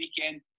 weekend